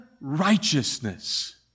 righteousness